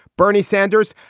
bernie sanders,